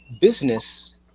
Business